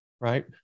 right